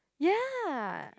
ya